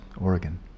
Oregon